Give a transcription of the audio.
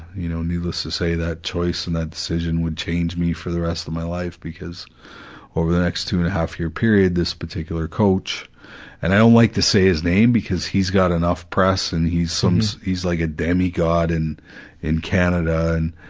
you know, needless to say, that choice and that decision would change me for the rest of my life because over the next two and a half year period, this particular coach and i don't like to say his name because he's got enough press and he's, he's like a demagogue in canada and,